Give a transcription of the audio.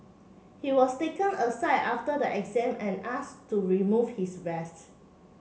he was taken aside after the exam and asked to remove his vest